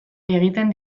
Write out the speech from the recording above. egiten